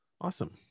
Awesome